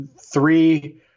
three